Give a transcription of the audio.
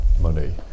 money